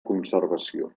conservació